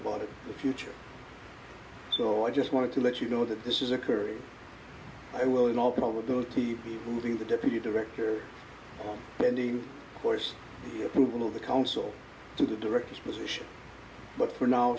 about the future so i just wanted to let you know that this is occurring i will in all probability be moving the deputy director pending course the approval of the council to the directors position but for now